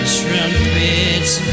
trumpets